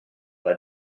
alla